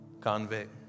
Convict